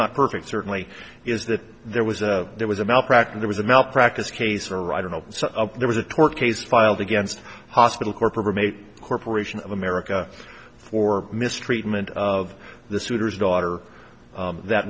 not perfect certainly is that there was a there was a malpractise was a malpractise case or i don't know there was a tort case filed against hospital corporate made corporation of america for mistreatment of the suitor's daughter that